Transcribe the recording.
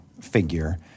figure